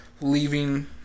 leaving